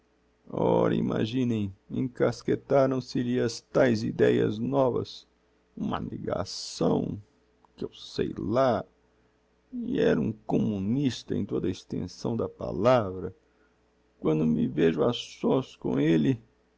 ora imaginem encasquetaram se lhe as taes ideias novas uma negação que eu sei lá e era um communista em toda a extensão da palavra quando me vejo a sós com elle